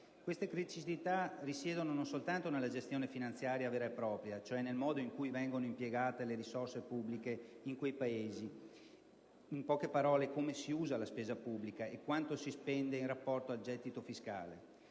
Queste criticità risiedono non soltanto nella gestione finanziaria vera e propria, cioè nel modo in cui vengono impiegate le risorse pubbliche in quei Paesi, in poche parole come si usa la spesa pubblica e quanto si spende in rapporto al gettito fiscale.